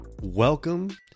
Welcome